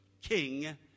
king